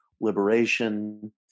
liberation